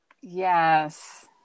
yes